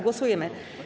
Głosujemy.